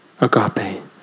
agape